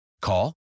Call